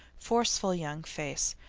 forceful young face,